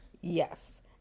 Yes